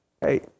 hey